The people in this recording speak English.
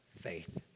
faith